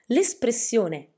L'espressione